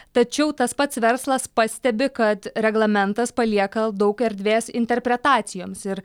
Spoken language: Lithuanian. tačiau tas pats verslas pastebi kad reglamentas palieka daug erdvės interpretacijoms ir